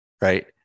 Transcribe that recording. right